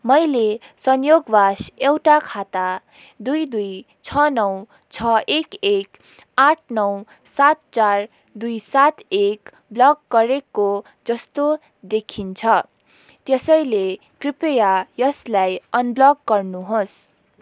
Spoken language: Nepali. मैले संयोगवाश एउटा खाता दुई दुई छ नौ छ एक एक आठ नौ सात चार दुई सात एक ब्लक गरेको जस्तो देखिन्छ त्यसैले कृपया यसलाई अनब्लक गर्नुहोस्